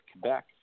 quebec